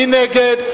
מי נגד?